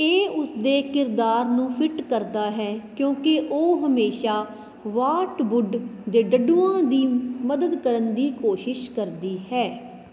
ਇਹ ਉਸ ਦੇ ਕਿਰਦਾਰ ਨੂੰ ਫਿੱਟ ਕਰਦਾ ਹੈ ਕਿਉਂਕਿ ਉਹ ਹਮੇਸ਼ਾ ਵਾਰਟਵੁੱਡ ਦੇ ਡੱਡੂਆਂ ਦੀ ਮਦਦ ਕਰਨ ਦੀ ਕੋਸ਼ਿਸ਼ ਕਰਦੀ ਹੈ